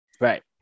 Right